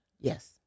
Yes